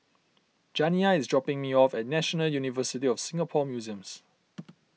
Janiya is dropping me off at National University of Singapore Museums